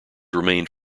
remained